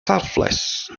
selfless